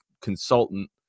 consultant